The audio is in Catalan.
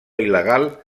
il·legal